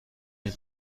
این